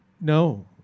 No